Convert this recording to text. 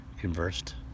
conversed